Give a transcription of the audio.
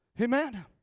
Amen